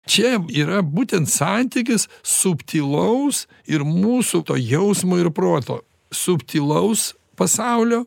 čia yra būtent santykis subtilaus ir mūsų to jausmo ir proto subtilaus pasaulio